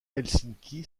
helsinki